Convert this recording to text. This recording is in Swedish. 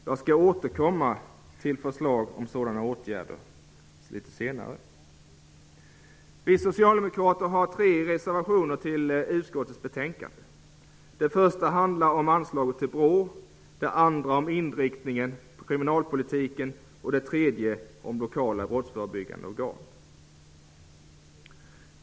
Jag skall återkomma med förslag till sådana åtgärder litet senare. Vi socialdemokrater har fogat tre reservationer till utskottets betänkande. Den första handlar om anslaget till BRÅ, den andra om kriminalpolitikens inriktning och den tredje om lokala brottsförebyggande organ.